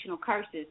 curses